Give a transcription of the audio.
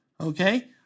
okay